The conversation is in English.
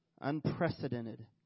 Unprecedented